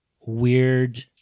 weird